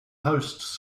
hosts